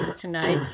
tonight